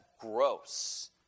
gross